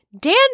Dan